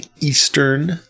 Eastern